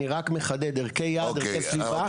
אני רק מחדד ערכי יעד ערכי סביבה,